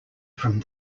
from